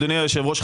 אדוני היושב ראש,